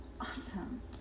awesome